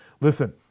Listen